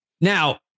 Now